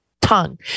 tongue